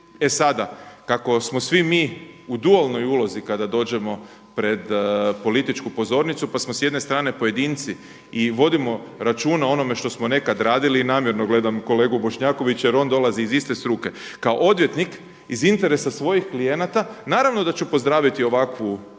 E sada, kako smo svi mi u dualnoj ulozi kada dođemo pred političku pozornicu pa smo s jedne strane pojedinci i vodimo računa o onome što smo nekad radili. I namjerno gledam kolegu Bošnjakovića jer on dolazi iz iste struke. Kao odvjetnik iz interesa svojih klijenata naravno da ću pozdraviti ovakvu